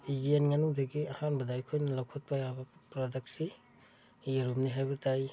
ꯌꯦꯟ ꯉꯥꯅꯨꯗꯒꯤ ꯑꯍꯥꯟꯕꯗ ꯑꯩꯈꯣꯏꯅ ꯂꯧꯈꯠꯄ ꯌꯥꯕ ꯄ꯭ꯔꯗꯛꯁꯤ ꯌꯦꯔꯨꯝꯅꯤ ꯍꯥꯏꯕ ꯇꯥꯏ